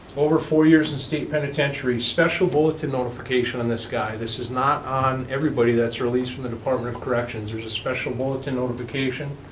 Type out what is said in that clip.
over four years in state penitentiary. special bulletin notification on this guy. this is not on everybody that's released from department of corrections, there's a special bulletin notification.